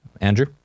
Andrew